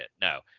no